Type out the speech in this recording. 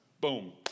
Boom